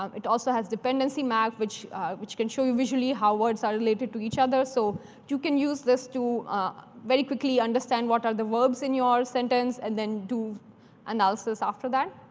um it also has dependency maps, which which can show you visually how words are related to each other. so you can use this to very quickly understand what are the verbs in your sentence, and then do analysis after that.